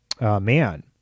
man